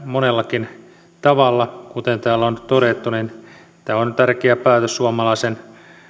monellakin tavalla kuten täällä on todettu tämä on tärkeä päätös suomalaisen